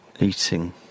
eating